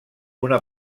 una